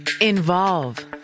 Involve